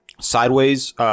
sideways